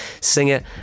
singer